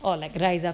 or like rise up